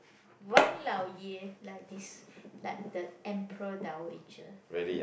Wang Lao Ye like this like the emperor dowager